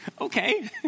Okay